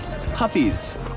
puppies